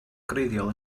gwreiddiol